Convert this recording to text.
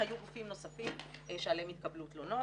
היו גופים נוספים שעליהם התקבלו תלונות,